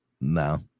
No